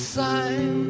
sign